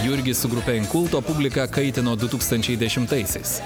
jurgis su grupe inkulto publiką kaitino du tūkstančiai dešimtaisiais